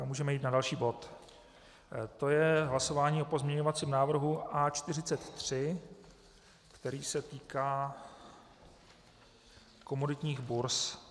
Můžeme jít na další bod, to je hlasování o pozměňovacím návrhu A43, který se týká komoditních burz.